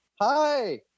Hi